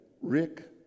Rick